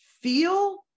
feel